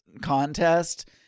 contest